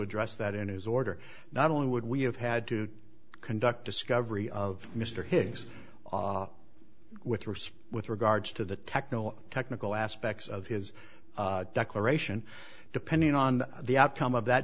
addressed that in his order not only would we have had to conduct discovery of mr higgs with risp with regards to the technical technical aspects of his declaration depending on the outcome of that